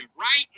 right